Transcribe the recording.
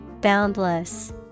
Boundless